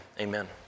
Amen